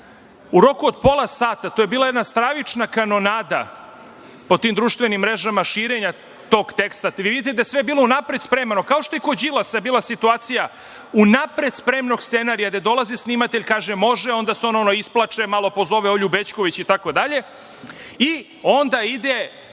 U roku od pola sata, to je bila jedna stravična kanonada po tim društvenim mrežama, širenja tog teksta, gde vidite da je sve bilo unapred spremno, kao što je i kod Đilasa bila situacija unapred spremnog scenarija, gde dolazi snimatelj, kaže može, onda se on ono isplače, malo pozove Olju Bećković itd. Onda ide